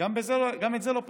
גם את זה לא פתרו.